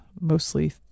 mostly